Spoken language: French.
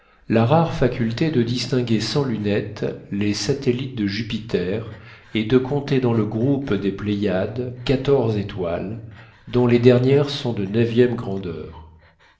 la rare faculté de distinguer sans lunettes les satellites de jupiter et de compter dans le groupe des pléiades quatorze étoiles dont les dernières sont de neuvième grandeur